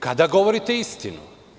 Kada govorite istinu?